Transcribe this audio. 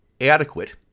adequate